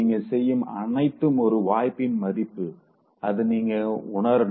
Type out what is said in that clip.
நீங்க செய்யும் அனைத்தும் ஒரு வாய்ப்பின் மதிப்பு அத நீங்க உணரனும்